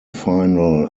final